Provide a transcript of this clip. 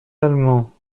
allemands